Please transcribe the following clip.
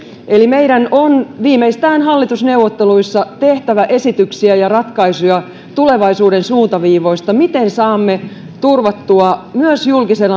eli meidän on viimeistään hallitusneuvotteluissa tehtävä esityksiä ja ratkaisuja tulevaisuuden suuntaviivoista miten saamme turvattua myös julkisen